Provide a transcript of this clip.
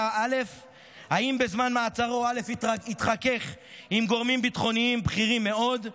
האם בזמן מעצרו א' התחכך עם גורמים ביטחוניים בכירים מאוד?